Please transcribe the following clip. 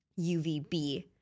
UVB